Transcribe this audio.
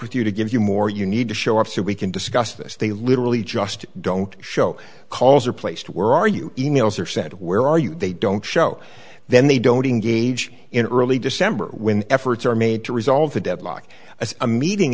with you to give you more you need to show up so we can discuss they literally just don't show calls are placed where are you emails are sent where are you they don't show then they don't engage in early december when efforts are made to resolve the deadlock as a meeting